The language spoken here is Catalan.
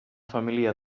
família